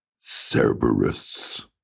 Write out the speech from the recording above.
Cerberus